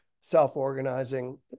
self-organizing